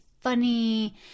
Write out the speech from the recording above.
funny